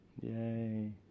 Yay